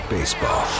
Baseball